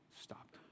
stopped